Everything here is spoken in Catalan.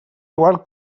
igual